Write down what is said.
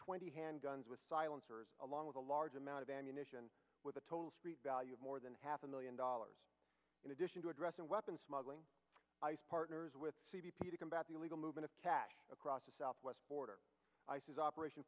twenty hand guns with silencers along with a large amount of ammunition with a total value of more than half a million dollars in addition to address and weapons smuggling ice partners with c b p to combat the illegal movement of cash across the southwest border ice's operation